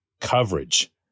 coverage